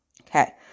Okay